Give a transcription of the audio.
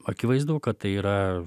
akivaizdu kad tai yra